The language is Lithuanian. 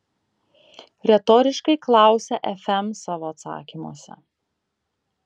retoriškai klausia fm savo atsakymuose